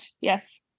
Yes